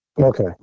Okay